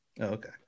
Okay